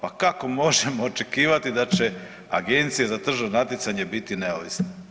Pa kako možemo očekivati da će Agencija za tržišno natjecanje biti neovisna?